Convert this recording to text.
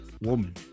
woman